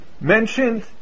Mentioned